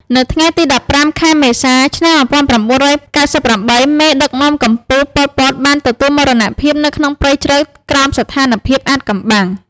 នៅថ្ងៃទី១៥ ខែមេសា ឆ្នាំ១៩៩៨ មេដឹកនាំកំពូល ប៉ុល ពត បានទទួលមរណភាពនៅក្នុងព្រៃជ្រៅក្រោមស្ថានភាពអាថ៌កំបាំង។